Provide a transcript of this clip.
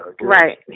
Right